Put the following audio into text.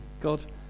God